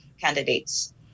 candidates